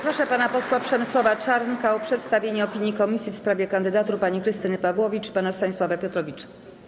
Proszę pana posła Przemysława Czarnka o przedstawienie opinii komisji w sprawie kandydatur pani Krystyny Pawłowicz i pana Stanisława Piotrowicza.